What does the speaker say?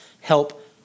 help